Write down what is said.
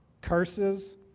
curses